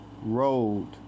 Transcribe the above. road